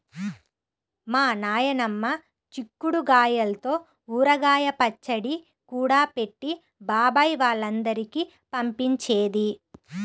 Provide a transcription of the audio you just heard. మా నాయనమ్మ చిక్కుడు గాయల్తో ఊరగాయ పచ్చడి కూడా పెట్టి బాబాయ్ వాళ్ళందరికీ పంపించేది